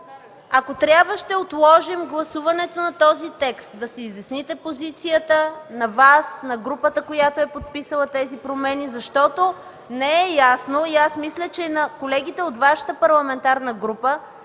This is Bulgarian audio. Ако трябва ще отложим гласуването на този текст, за да си изясните позицията – на Вас, на групата, подписала тези промени, защото не е ясно. Мисля, че на колегите от Вашата парламентарна група